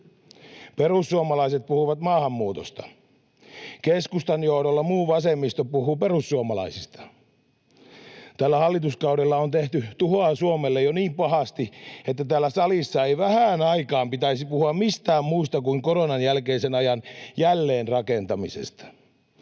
perussuomalaiset puhuvat maahanmuutosta, keskustan johdolla muu vasemmisto puhuu perussuomalaisista. Tällä hallituskaudella on tehty tuhoa Suomelle jo niin pahasti, että täällä salissa ei vähään aikaan pitäisi puhua mistään muusta kuin koronan jälkeisen ajan jälleenrakentamisesta.